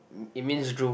it means drool